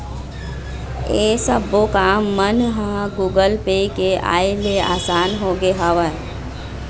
ऐ सब्बो काम मन ह गुगल पे के आय ले असान होगे हवय